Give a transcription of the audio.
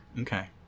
Okay